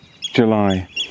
July